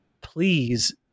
please